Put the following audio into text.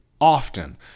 often